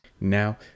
Now